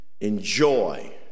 Enjoy